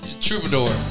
Troubadour